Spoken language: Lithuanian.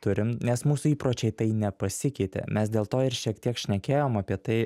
turim nes mūsų įpročiai tai nepasikeitė mes dėl to ir šiek tiek šnekėjom apie tai